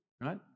right